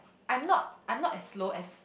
I'm not I'm not as low as